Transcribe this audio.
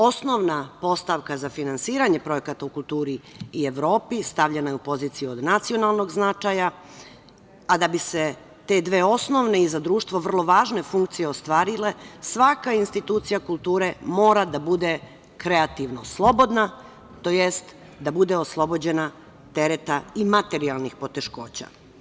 Osnovna postavka za finansiranje projekta u kulturi i Evropi stavljena je u poziciju od nacionalnog značaja, a da bi se te dve osnovne i za društvo vrlo važne funkcije ostvarile svaka institucija kulture mora da bude kreativno slobodna, tj. da bude oslobođena tereta i materijalnih poteškoća.